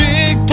Big